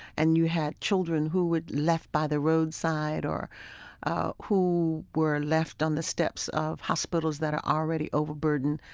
and you have children who were left by the roadside or who were left on the steps of hospitals that are already overburdened.